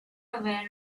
aware